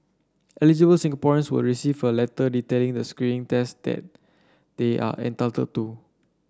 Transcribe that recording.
eligible Singaporeans will receive a letter detailing the screening tests they are entitled to